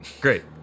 Great